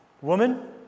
Woman